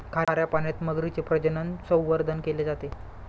खाऱ्या पाण्यात मगरीचे प्रजनन, संवर्धन केले जाते